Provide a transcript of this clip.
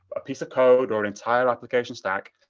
a piece of code or an entire application stack,